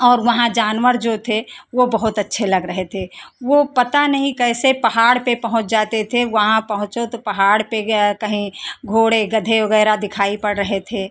और वहां जानवर जो थे वो बहुत अच्छे लग रहे थे वो पता नहीं कैसे पहाड़ पे पहुंच जाते थे वहां पहुँचो तो पहाड़ पे कहीं घोड़े गधे वगैरह दिखाई पद रहे थे